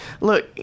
Look